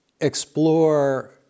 explore